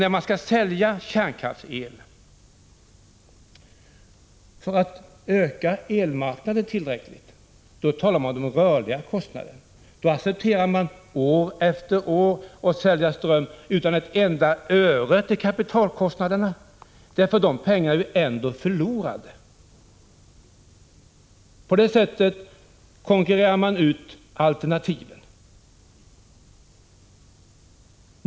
När man skall sälja kärnkraftsel talar man om rörliga kostnader. Då accepterar man att år efter år sälja ström utan ett öre till kapitalkostnaderna— de pengarna är ju ändå förlorade. På det sättet konkurrerar man ut alternativen.